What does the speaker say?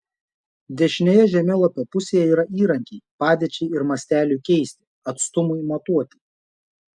dešinėje žemėlapio pusėje yra įrankiai padėčiai ir masteliui keisti atstumui matuoti